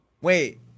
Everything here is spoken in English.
Wait